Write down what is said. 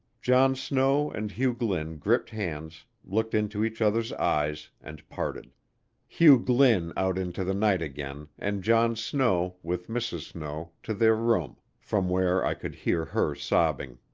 john snow and hugh glynn gripped hands, looked into each other's eyes, and parted hugh glynn out into the night again and john snow, with mrs. snow, to their room, from where i could hear her sobbing.